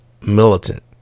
militant